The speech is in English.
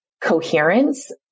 coherence